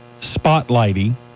spotlighty